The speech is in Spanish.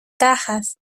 cajas